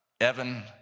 Evan